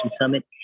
summit